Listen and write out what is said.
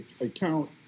account